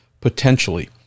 Potentially